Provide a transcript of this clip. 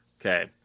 Okay